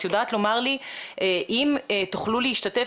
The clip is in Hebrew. את יודעת לומר לי אם תוכלו להשתתף.